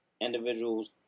individuals